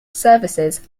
services